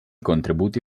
contributi